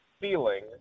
feeling